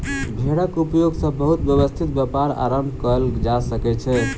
भेड़क उपयोग सॅ बहुत व्यवस्थित व्यापार आरम्भ कयल जा सकै छै